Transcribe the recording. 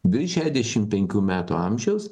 virš šešiasdešim penkių metų amžiaus